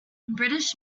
british